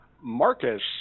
Marcus